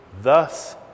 thus